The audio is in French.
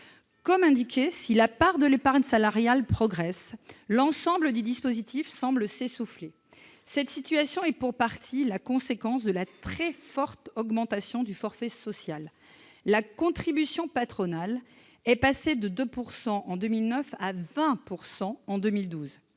d'une prime. Si la part de l'épargne salariale progresse, l'ensemble du dispositif semble s'essouffler. Cette situation est pour partie la conséquence de la très forte augmentation du forfait social : la contribution patronale est passée de 2 % en 2009 à 20 % en 2012,